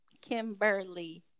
Kimberly